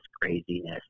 craziness